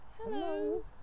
Hello